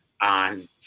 on